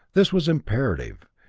this was imperative,